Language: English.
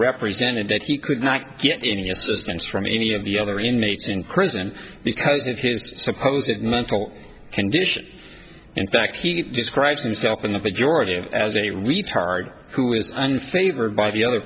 represented that he could not get any assistance from any of the other inmates in prison because of his supposed that mental condition in fact he described himself in a pejorative as a retard who is unfavored by the other